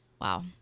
Wow